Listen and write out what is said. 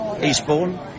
Eastbourne